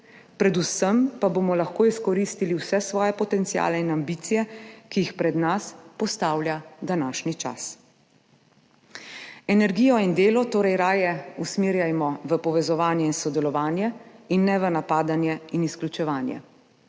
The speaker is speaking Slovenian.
predvsem pa bomo lahko izkoristili vse svoje potenciale in ambicije, ki jih pred nas postavlja današnji čas. Energijo in delo torej raje usmerjajmo v povezovanje in sodelovanje in ne v napadanje in izključevanje.